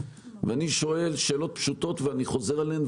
אני שואל שאלות פשוטות ואני חוזר עליהן,